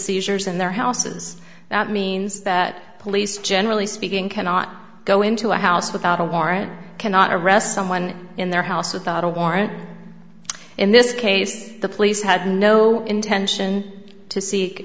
seizures in their houses that means that police generally speaking cannot go into a house without a warrant cannot arrest someone in their house without a warrant in this case the police had no intention to seek